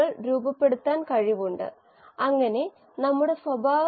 7500 മണിക്കൂർ എന്നത് ഏത് സാഹചര്യത്തിനും അല്പം വേറിട്ടതാണ്